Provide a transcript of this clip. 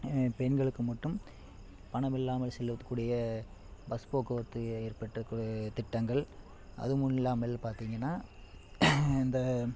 பெண்களுக்கு மட்டும் பணமில்லாமல் செல்வது கூடிய பஸ் போக்குவரத்து ஏற்பட்டு கு திட்டங்கள் அதுவும் இல்லாமல் பார்த்தீங்கன்னா இந்த